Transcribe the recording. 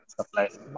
supplies